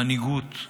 המנהיגות,